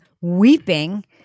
weeping